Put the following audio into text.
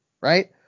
right